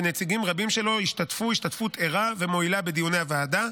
שנציגים רבים שלו השתתפו השתתפות ערה ומועילה בדיוני הוועדה.